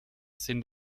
sind